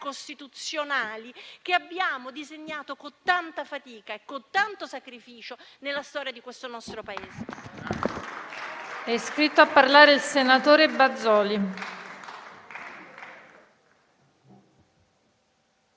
costituzionali che abbiamo disegnato con tanta fatica e con tanto sacrificio nella storia di questo nostro Paese.